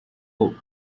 book